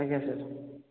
ଆଜ୍ଞା ସାର୍